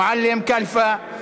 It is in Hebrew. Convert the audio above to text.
מועלם, קלפה.